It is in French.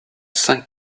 saint